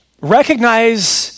recognize